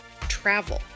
travel